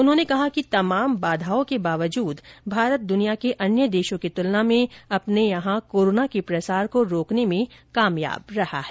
उन्होंने कहा कि तमाम बाधाओं के बावजूद भारत दुनिया के अन्य देशों की तुलना में अपने यहां कोरोना के प्रसार को रोकने में कामयाब रहा है